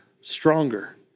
stronger